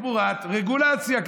תמורת רגולציה,